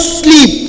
sleep